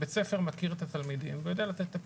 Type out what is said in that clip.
בית הספר מכיר את התלמידים ויודע לתת את הפתרונות.